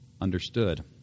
understood